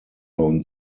und